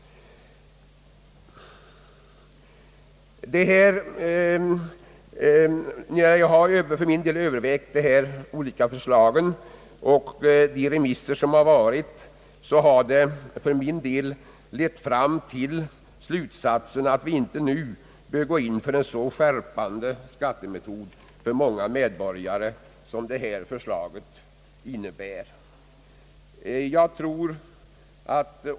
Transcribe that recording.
När jag övervägt de olika förslagen och de inkomna remissvaren har det lett mig fram till slutsatsen att vi inte nu bör gå in för en för många medborgare så skärpande skattemetod som detta förslag innebär.